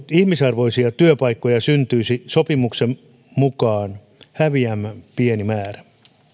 ihmisarvoisia työpaikkoja syntyisi sopimuksen mukaan häviävän pieni määrä